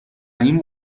این